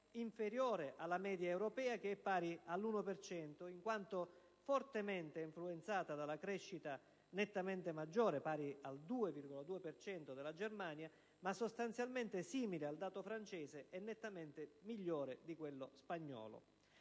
inferiore alla media europea, che è pari all'1 per cento, in quanto fortemente influenzato dalla crescita nettamente maggiore della Germania (2,2 per cento), ma sostanzialmente simile a quello francese e nettamente migliore di quello spagnolo.